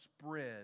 spread